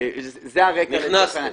זה הרקע לצורך העניין.